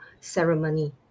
ceremony